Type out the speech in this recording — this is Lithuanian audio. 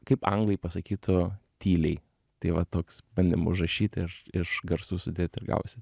kaip anglai pasakytų tyliai tai va toks bandėm užrašyt ir iš garsų sudėt ir gavosi